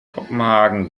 kopenhagen